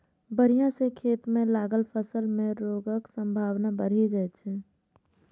बाढ़ि सं खेत मे लागल फसल मे रोगक संभावना बढ़ि जाइ छै